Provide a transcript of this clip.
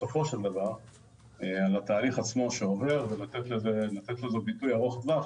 בסופו של דבר על התהליך ולתת לו ביטוי ארוך טווח